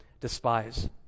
despise